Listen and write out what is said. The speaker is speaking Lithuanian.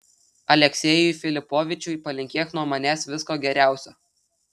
aleksejui filipovičiui palinkėk nuo manęs visko geriausio